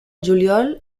juliol